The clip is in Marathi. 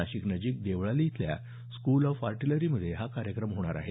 नाशिक नजिक देवळाली इथल्या स्कूल ऑफ आर्टीलरी मध्ये हा कार्यक्रम होणार आहे